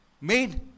made